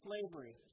slavery